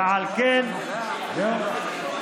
ועל כן, זהו?